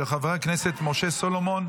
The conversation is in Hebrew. של חבר הכנסת משה סולומון.